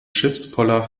schiffspoller